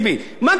מה קרה?